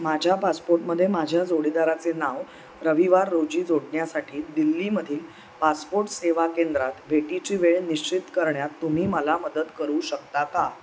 माझ्या पासपोर्टमध्ये माझ्या जोडीदाराचे नाव रविवार रोजी जोडण्यासाठी दिल्लीमधील पासपोर्ट सेवाकेंद्रात भेटीची वेळ निश्चित करण्यात तुम्ही मला मदत करू शकता का